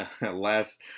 last